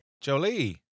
Jolie